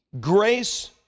Grace